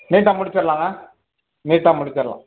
நீட்டாக முடிச்சுறலாங்க நீட்டாக முடிச்சுறலாம்